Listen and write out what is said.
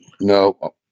No